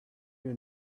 your